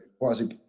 quasi